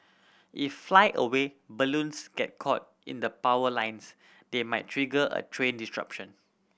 if flyaway balloons get caught in the power lines they might trigger a train disruption